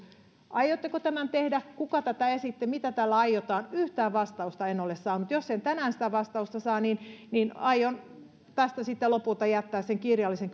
aiotteko tämän tehdä kuka tätä esitti mitä tällä aiotaan yhtään vastausta en ole saanut jos en tänään sitä vastausta saa niin niin aion tästä sitten lopulta jättää sen kirjallisen